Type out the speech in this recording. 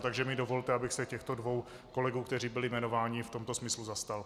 Takže mi dovolte, abych se těchto dvou kolegů, kteří byli jmenováni, v tomto smyslu zastal.